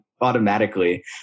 automatically